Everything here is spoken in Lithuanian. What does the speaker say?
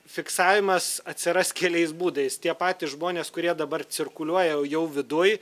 fiksavimas atsiras keliais būdais tie patys žmonės kurie dabar cirkuliuoja jau viduj